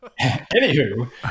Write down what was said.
Anywho